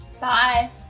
Bye